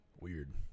Weird